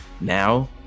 now